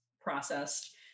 processed